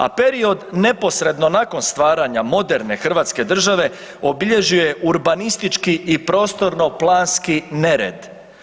A period neposredno nakon stvaranja moderne hrvatske države obilježio je urbanistički i prostorno planski nerad.